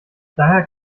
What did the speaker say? daher